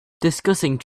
discussing